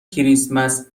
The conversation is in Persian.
کریسمس